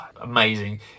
Amazing